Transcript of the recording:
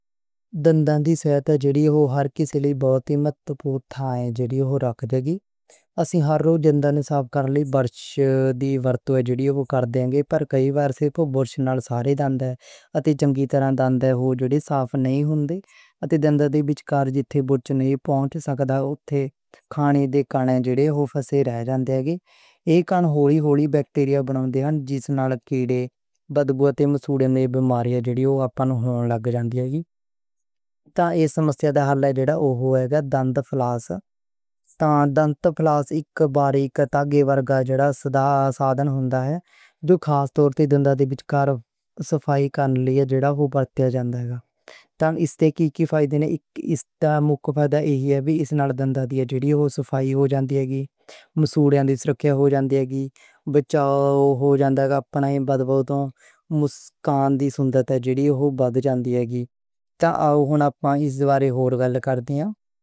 دنداں دی صحت جڑی ہر کسے لئی بہت ہی مہتوپورن ہے۔ اسی ہر روز دنداں نوں صاف کرنے لئی برش دی ورتوں کردیں گے۔ اگر برسلیں سارے دانت اتے چنگی طرح توں دانت نوں صاف نہیں ہوندے۔ اتے دنداں دے بیچ جگہ برش نہیں پہنچ سکدا، اتھے کھانے دے کنّکے جےڑے توں پھنسے رہ جاندے، اکٹھ ہون والی بیکٹیریا ہوندی جس نال کیڑا وَدھ سکدا، مسوڑھے وچ تے بیماریاں لگ دییاں ہوندیاں۔ تاں ایہ مسئلہ حل ہوویگا، دانت پلاک۔ ڈینٹل فلاس کڑوی ورگا سادہ سادن ہوندا ہے جو خاص طور تے دانت دے پیچھے صفائی کر لئی جےڑا ہے پرتیاں جگہاں۔ اس دا مکھ فائدہ ای ہے کہ ایس نال دانت دے جوڑیاں وچ صفائی ہو جاندی، مسوڑھے نہیں سرکدے، بچاؤ ہو جاوے گا، جِسے توں بدبو توں مسکان دی سندرتا وَدھ جاندی ہوگی۔